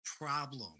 problem